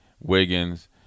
Wiggins